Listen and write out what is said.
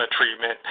treatment